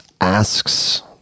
asks